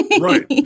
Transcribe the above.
Right